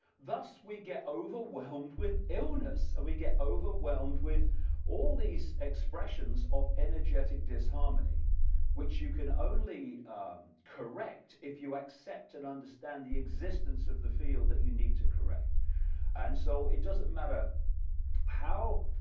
thus we get overwhelmed with illness and we get overwhelmed with all these expressions of energetic disharmony which you can only correct if you accept and understand the existence of the field that you need to correct and so, it doesn't matter how